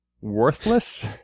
Worthless